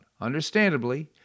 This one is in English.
Understandably